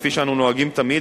כפי שאנו נוהגים תמיד,